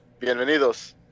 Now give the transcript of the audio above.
Bienvenidos